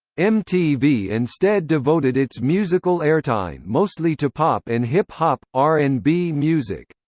mtv instead devoted its musical airtime mostly to pop and hip hop r and b music.